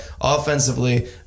offensively